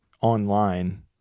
online